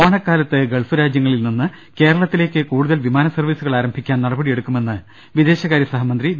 ഓണക്കാലത്ത് ഗൾഫ് രാജ്യങ്ങളിൽനിന്ന് കേരളത്തി ലേക്ക് കൂടുതൽ വിമാന സർവ്വീസുകൾ ആരംഭിക്കാൻ നടപടിയെടുക്കുമെന്ന് വിദേശകാര്യ സഹമന്ത്രി വി